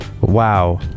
Wow